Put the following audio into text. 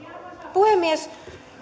puhemies